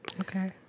Okay